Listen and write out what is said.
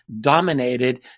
dominated